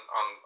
on